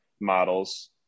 models